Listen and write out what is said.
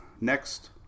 next